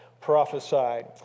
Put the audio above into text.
prophesied